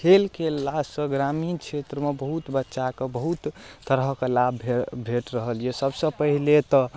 खेल खेललासँ ग्रामीण क्षेत्रमे बहुत बच्चाके बहुत तरहक लाभ भेटि रहल यऽ सबसँ पहिले तऽ